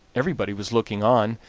everybody was looking on,